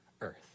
earth